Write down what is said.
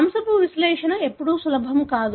వంశపు విశ్లేషణ ఎల్లప్పుడూ సులభం కాదు